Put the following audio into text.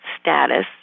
status